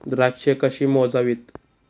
द्राक्षे कशी मोजावीत?